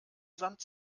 sand